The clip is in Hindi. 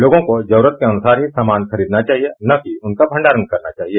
लोगों को जरूरत के अनुसार ही सामान खरीदना चाहिए न कि उनका भंडारण करना चाहिए